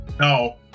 No